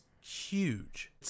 huge